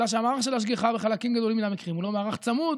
אלא שהמערך של ההשגחה בחלקים גדולים מן המקרים הוא לא מערך צמוד,